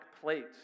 plates